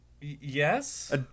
Yes